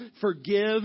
forgive